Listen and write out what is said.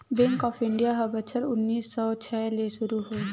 bank of India ह बछर उन्नीस सौ छै ले सुरू होए हे